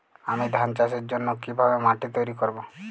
আমি ধান চাষের জন্য কি ভাবে মাটি তৈরী করব?